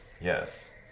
Yes